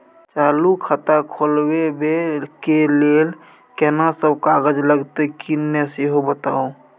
चालू खाता खोलवैबे के लेल केना सब कागज लगतै किन्ने सेहो बताऊ?